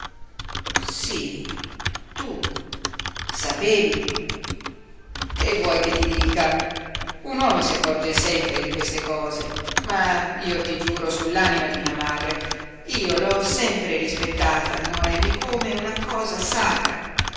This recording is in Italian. sí tu sapevi che vuoi che ti dica un uomo si accorge sempre di queste cose ma io ti giuro sull'anima di mia madre io l'ho sempre rispettata noemi come una cosa sacra